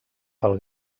pel